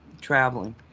traveling